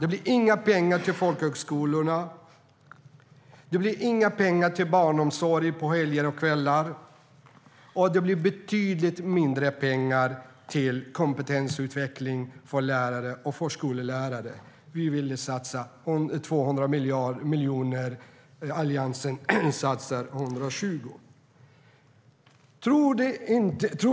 Det blir inga pengar till folkhögskolorna. Det blir inga pengar till barnomsorg på helger och kvällar, och det blir betydligt mindre pengar till kompetensutveckling för lärare och förskollärare. Vi ville satsa 200 miljoner. Alliansen satsar 120.